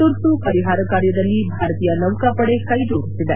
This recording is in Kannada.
ತುರ್ತು ಪರಿಹಾರ ಕಾರ್ಯದಲ್ಲಿ ಭಾರತೀಯ ನೌಕಪದೆ ಕೈಜೋದಿಸಿದೆ